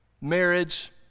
marriage